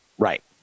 Right